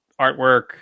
artwork